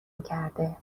کرده